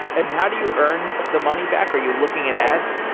and how do you earn the money back? are you looking at ads?